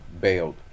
bailed